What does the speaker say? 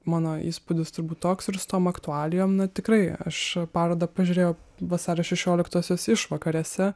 mano įspūdis turbūt toks ir su tom aktualijom na tikrai aš parodą pažiūrėjau vasario šešioliktosios išvakarėse